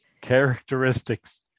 Characteristics